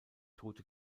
tote